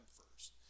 first